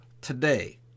today